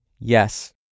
yes